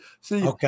See